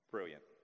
Brilliant